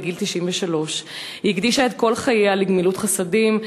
בגיל 93. היא הקדישה את כל חייה לגמילות חסדים,